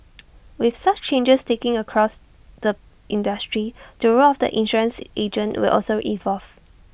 with such changes taking across the industry the role of the insurance agent will also evolve